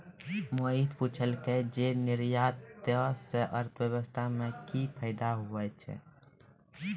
मोहित पुछलकै जे निर्यातो से अर्थव्यवस्था मे कि फायदा होय छै